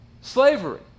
Slavery